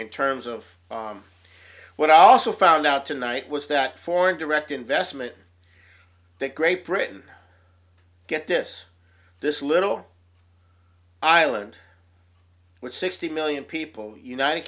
in terms of what i also found out tonight was that foreign direct investment to great britain get this this little island with sixty million people united